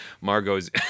Margot's